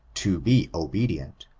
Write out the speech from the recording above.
to be obedient